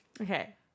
Okay